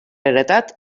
heretat